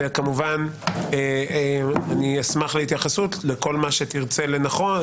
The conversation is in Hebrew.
וכמובן אני אשמח להתייחסות לכל מה שתרצה לנכון,